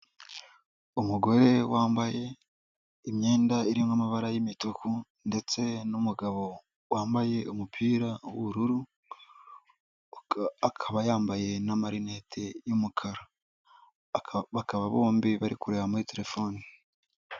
Umugore wambaye imyenda irimo amabara y'imituku ndetse n'umugabo wambaye umupira w'ubururu, akaba yambaye n'amarinete y'umukara, bakaba bombi bari kureba muri telefone.